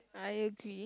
I agree